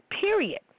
period